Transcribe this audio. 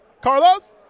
Carlos